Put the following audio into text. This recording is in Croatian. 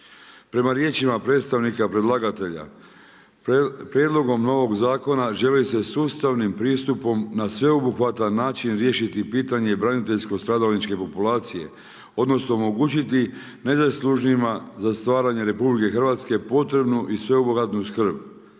Prema riječima predstavnika predlagatelja, prijedlogom novog zakona želi se sustavnim pristupom na sveobuhvatan način riješiti pitanje braniteljsko-stradalničke populacije odnosno omogućiti najzaslužnijima za stvaranje RH potrebnu i sveobuhvatnu skrb.